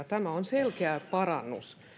tämä on selkeä parannus